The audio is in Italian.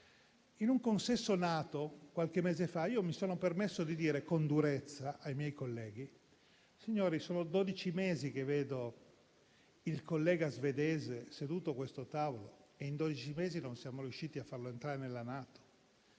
In un consesso NATO, qualche mese fa, mi sono permesso di dire con durezza ai miei colleghi: signori, sono dodici mesi che vedo il collega svedese seduto a questo tavolo e in dodici mesi non siamo riusciti a farlo entrare nella NATO